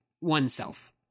oneself